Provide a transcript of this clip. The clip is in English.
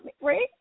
Right